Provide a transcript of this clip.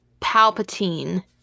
Palpatine